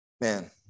man